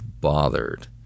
bothered